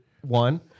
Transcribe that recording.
One